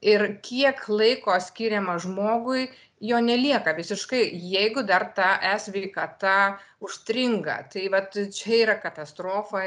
ir kiek laiko skiriama žmogui jo nelieka visiškai jeigu dar tą e sveikata užstringa tai vat čia yra katastrofa